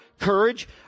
courage